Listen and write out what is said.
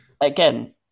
again